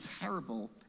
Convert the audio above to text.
terrible